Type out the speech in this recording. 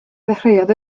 ddechreuodd